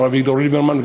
השר אביגדור ליברמן,